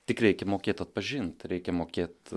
tik reikia mokėt atpažint reikia mokėt